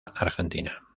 argentina